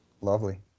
Lovely